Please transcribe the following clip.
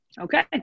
Okay